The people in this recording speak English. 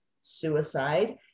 suicide